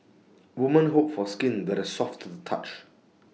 woman hope for skin that is soft to the touch